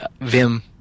Vim